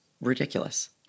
ridiculous